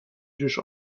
جوش